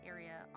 Area